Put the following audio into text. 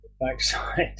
backside